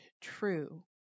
true